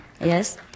Yes